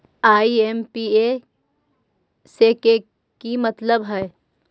IMPS के कि मतलब है?